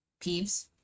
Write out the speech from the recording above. Peeves